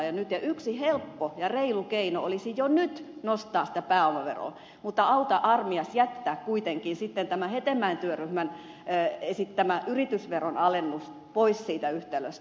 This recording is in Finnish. ja yksi helppo ja reilu keino olisi jo nyt nostaa sitä pääomaveroa mutta auta armias jättää kuitenkin sitten tämä hetemäen työryhmän esittämä yritysveron alennus pois siitä yhtälöstä